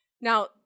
Now